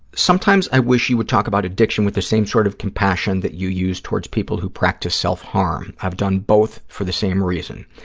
sometimes i wish you would talk about addiction with the same sort of compassion that you use towards people who practice self-harm. i've done both for the same reason.